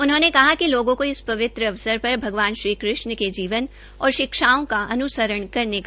उन्होंने कहा कि लोगों को इस पवित्र अवसर पर भगवान श्रीकृष्ण के जीवन और शिक्षाओं का अनुसरण करने का संकल्प लेना चाहिए